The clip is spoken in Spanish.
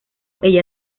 ella